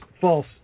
false